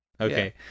Okay